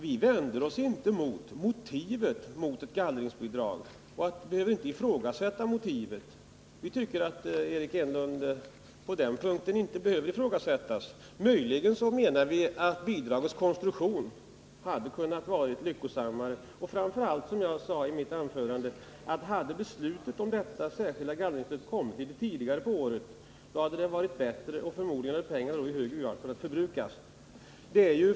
Vi vänder oss inte mot motivet för ett gallringsbidrag. Vi tycker att Eric Enlunds motiv på den punkten inte behöver ifrågasättas. Möjligen anser vi att bidragets konstruktion hade kunnat vara något annorlunda. Framför allt borde, som jag sade i mitt förra anförande, beslutet om det särskilda gallringsstödet ha kommit litet tidigare på året. Förmodligen hade pengarna då i högre grad kunnat förbrukas.